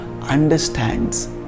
understands